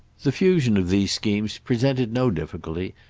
the fusion of these schemes presented no difficulty,